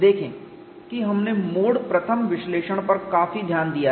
देखें कि हमने मोड I विश्लेषण पर काफी ध्यान दिया है